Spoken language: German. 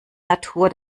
natur